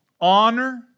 honor